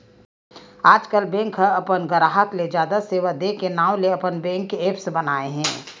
आजकल बेंक ह अपन गराहक ल जादा सेवा दे के नांव ले अपन बेंक के ऐप्स बनाए हे